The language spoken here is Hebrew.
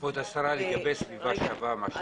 כבוד השרה, לגבי סביבה שווה.